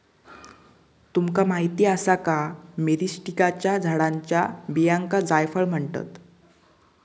तुमका माहीत आसा का, मिरीस्टिकाच्या झाडाच्या बियांका जायफळ म्हणतत?